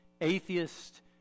atheist